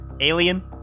Alien